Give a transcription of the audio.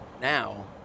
now